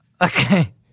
Okay